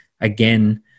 again